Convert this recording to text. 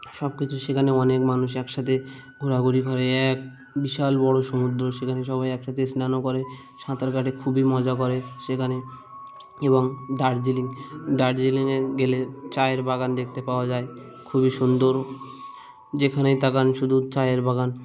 সবকিছু সেখানে অনেক মানুষ একসাথে ঘোরাঘুরি করে এক বিশাল বড় সমুদ্র সেখানে সবাই একসাথে স্নানও করে সাঁতার কাটে খুবই মজা করে সেখানে এবং দার্জিলিং দার্জিলিংয়ে গেলে চায়ের বাগান দেখতে পাওয়া যায় খুবই সুন্দর যেখানেই তাকান শুধু চায়ের বাগান